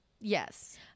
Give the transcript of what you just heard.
Yes